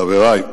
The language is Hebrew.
חברי,